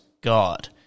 God